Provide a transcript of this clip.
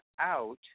out